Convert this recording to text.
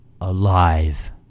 alive